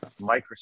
Microsoft